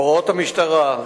הוראות המשטרה,